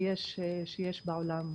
שיש בעולם.